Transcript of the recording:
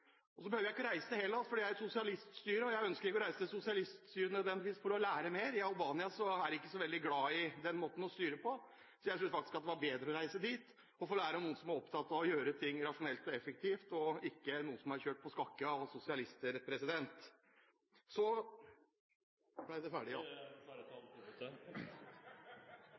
år. Så behøver jeg ikke å reise til Hellas. Det er et sosialiststyre, og jeg ønsker ikke å reise til sosialiststyrer nødvendigvis for å lære mer. I Albania er de ikke så veldig glad i den måten å styre på, så jeg tror faktisk det er bedre å reise dit. Der er det noen som er opptatt av å gjøre ting rasjonelt og effektivt, og der er ikke noe kjørt på skakke av sosialister. Så … da er jeg ferdig. Da er dessverre taletiden ute. Det